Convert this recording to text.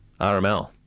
RML